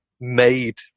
made